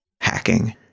hacking